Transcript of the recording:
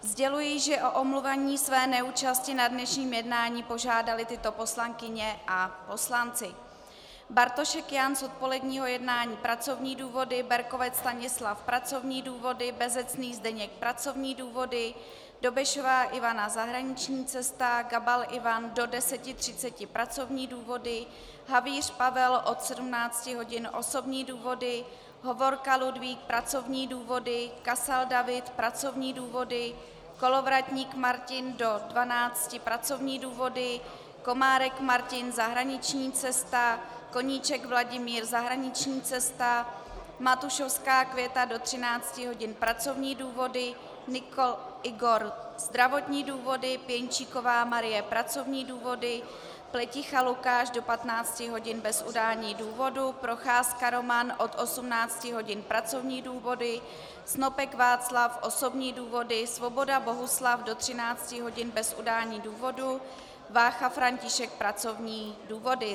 Sděluji, že o omluvení své neúčasti na dnešním jednání požádali tyto poslankyně a poslanci: Bartošek Jan z odpoledního jednání pracovní důvody, Berkovec Stanislav pracovní důvody, Bezecný Zdeněk pracovní důvody, Dobešová Ivana zahraniční cesta, Gabal Ivan do 10.30 pracovní důvody, Havíř Pavel od 17 hodin osobní důvody, Hovorka Ludvík pracovní důvody, Kasal David pracovní důvody, Kolovratník Martin do 12 hodin pracovní důvody, Komárek Martin zahraniční cesta, Koníček Vladimír zahraniční cesta, Matušovská Květa do 13 hodin pracovní důvody, Nykl Igor zdravotní důvody, Pěnčíková Marie pracovní důvody, Pleticha Lukáš do 15 hodin bez udání důvodu, Procházka Roman od 18 hodin pracovní důvody, Snopek Václav osobní důvody, Svoboda Bohuslav do 13 hodin bez udání důvodu, Vácha František pracovní důvody.